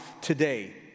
today